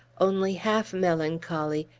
only half-melancholy,